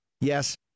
Yes